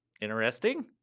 Interesting